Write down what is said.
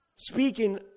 Speaking